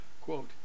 Quote